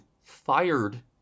fired